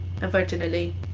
Unfortunately